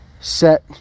set